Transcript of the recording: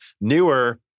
newer